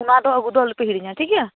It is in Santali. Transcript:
ᱚᱱᱟᱫᱚ ᱟ ᱜᱩᱫᱚ ᱟᱞᱩᱯᱮ ᱦᱤᱲᱤᱧᱟ ᱴᱷᱤᱠᱜᱮᱭᱟ